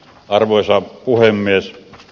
arvoisa puhemies